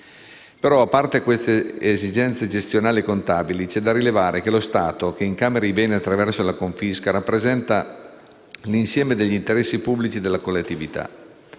Però, a parte queste esigenze gestionali e contabili, c'è da rilevare che lo Stato che incamera i beni attraverso la confisca rappresenta l'insieme degli interessi pubblici della collettività.